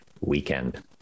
weekend